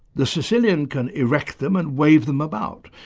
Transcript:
the so caecilian can erect them and wave them about,